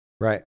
Right